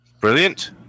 Brilliant